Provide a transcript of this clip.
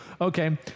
Okay